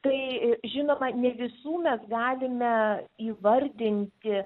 tai žinoma ne visų mes galime įvardinti